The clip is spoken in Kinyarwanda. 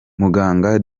muganga